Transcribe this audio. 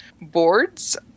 boards